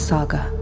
Saga